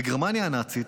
בגרמניה הנאצית